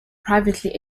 privately